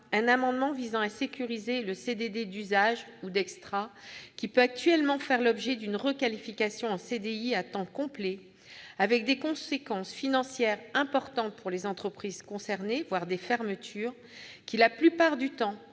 un amendement visant à sécuriser le CDD d'usage, ou d'extra, qui peut actuellement faire l'objet d'une requalification en CDI à temps complet, avec des conséquences financières importantes, voire des fermetures, pour les entreprises concernées, qui, la plupart du temps,